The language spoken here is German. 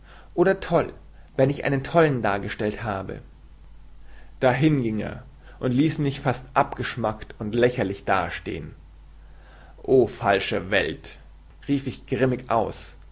oder toll wenn ich einen tollen dargestellt habe dahin ging er und ließ mich fast abgeschmakt und lächerlich da stehn o falsche welt rief ich grimmig aus